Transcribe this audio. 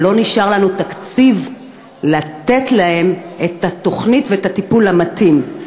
אבל לא נשאר לנו תקציב לתת להם את התוכנית ואת הטיפול המתאים.